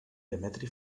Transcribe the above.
demetri